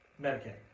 Medicaid